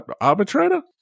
Arbitrator